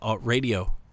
radio